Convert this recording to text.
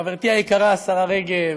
חברתי היקרה השרה רגב,